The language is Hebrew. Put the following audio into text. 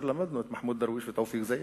למדנו את מחמוד דרוויש ואת תופיק זיאד,